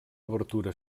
obertura